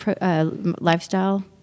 lifestyle